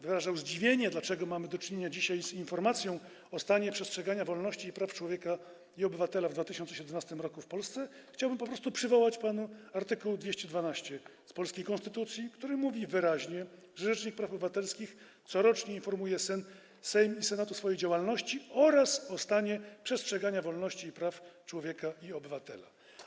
Wyrażał pan zdziwienie tym, dlaczego mamy dzisiaj do czynienia z informacją o stanie przestrzegania wolności i praw człowieka i obywatela w 2017 r. w Polsce, więc chciałbym po prostu przywołać art. 212 polskiej konstytucji, który mówi wyraźnie, że rzecznik praw obywatelskich corocznie informuje Sejm i Senat o swojej działalności oraz o stanie przestrzegania wolności i praw człowieka i obywatela.